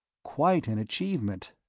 quite an achievement.